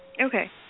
Okay